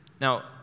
Now